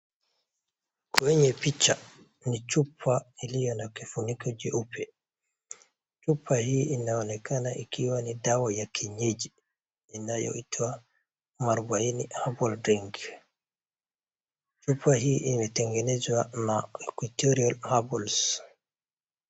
Kwenye picha ni chupa iliyo na kifuniko cheupe. Chupa hii inaonekana ikiwa ni dawa ya kienyeji inayoitwa Muarubaini Herbal Drink. Chupa hii imetengenezwa na Equitorial Herbals.